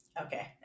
Okay